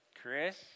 Chris